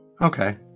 Okay